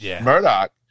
Murdoch